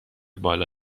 بالا